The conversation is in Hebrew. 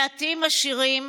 מעטים השירים